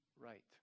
right